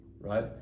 right